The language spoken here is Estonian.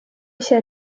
asja